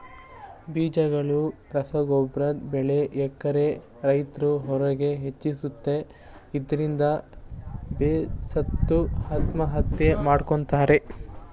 ಬೀಜಗಳು ರಸಗೊಬ್ರದ್ ಬೆಲೆ ಏರಿಕೆ ರೈತ್ರ ಹೊರೆ ಹೆಚ್ಚಿಸುತ್ತೆ ಇದ್ರಿಂದ ಬೇಸತ್ತು ಆತ್ಮಹತ್ಯೆ ಮಾಡ್ಕೋತಾರೆ